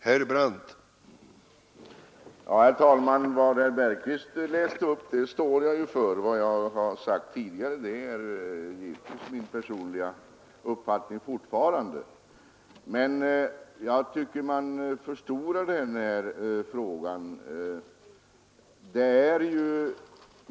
Herr talman! Vad herr Bergqvist läste upp står jag för; vad jag har sagt tidigare är givetvis fortfarande min personliga uppfattning. Men jag tycker att man förstorar den här frågan.